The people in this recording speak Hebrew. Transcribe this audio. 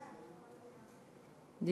מליאה.